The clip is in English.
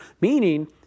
Meaning